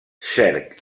cerc